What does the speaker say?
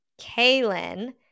Kaylin